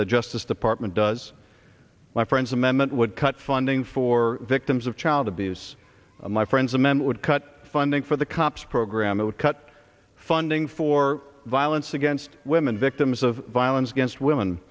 the justice department does my friends amendment would cut funding for victims of child abuse my friends of men would cut funding for the cops program it would cut funding for violence against women victims of violence against women